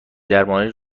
درمانی